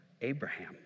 Abraham